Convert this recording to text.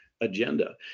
agenda